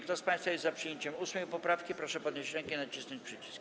Kto z państwa jest za przyjęciem 8. poprawki, proszę podnieść rękę i nacisnąć przycisk.